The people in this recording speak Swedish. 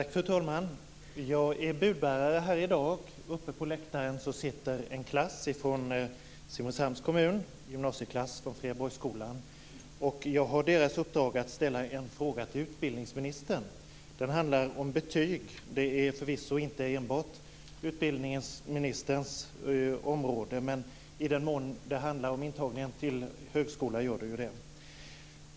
Fru talman! Jag är budbärare här i dag. Uppe på läktaren sitter en gymnasieklass från Friaborgsskolan i Simrishamns kommun. Jag har deras uppdrag att ställa en fråga till utbildningsministern. Den handlar om betyg. Det är förvisso inte enbart utbildningsministerns område, men i den mån det handlar om intagning till högskolan är det så.